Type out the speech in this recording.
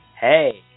Hey